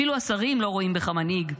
אפילו השרים לא רואים בך מנהיג.